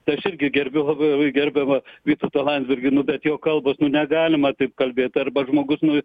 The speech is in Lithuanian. tai aš irgi gerbiu labai gerbiamą vytautą landsbergį bet jo kalbos nu negalima taip kalbėt arba žmogus nu